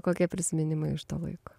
kokie prisiminimai iš to laiko